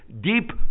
deep